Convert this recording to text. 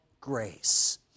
grace